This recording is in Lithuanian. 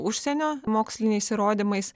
užsienio moksliniais įrodymais